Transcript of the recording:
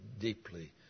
deeply